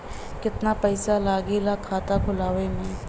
कितना पैसा लागेला खाता खोलवावे में?